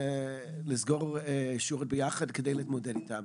לסגור ישיבות ביחד כדי להתמודד איתה.